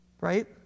Right